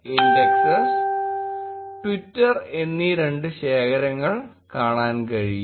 indexes twitter എന്നീ രണ്ട് ശേഖരങ്ങൾ കാണാൻ കഴിയും